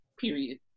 period